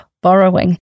borrowing